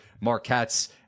Marquette's